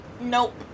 Nope